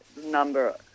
number